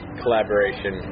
collaboration